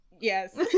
Yes